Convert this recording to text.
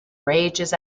rages